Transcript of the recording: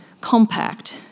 compact